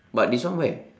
but this one where